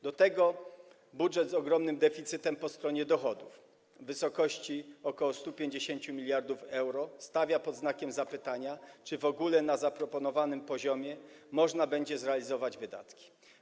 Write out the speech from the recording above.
Do tego budżet z ogromnym deficytem po stronie dochodów, w wysokości ok. 150 mld euro, stawia pod znakiem zapytania to, czy w ogóle na zaproponowanym poziomie można będzie zrealizować wydatki.